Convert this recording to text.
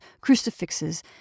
crucifixes